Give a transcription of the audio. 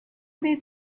they